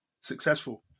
successful